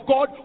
God